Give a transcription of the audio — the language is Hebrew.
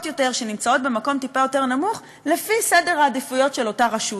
יותר שנמצאות במקום טיפה יותר נמוך לפי סדר העדיפויות של אותה רשות.